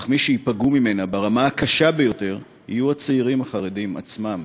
אך מי שייפגעו ממנה ברמה הקשה ביותר יהיו הצעירים החרדים עצמם,